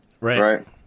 right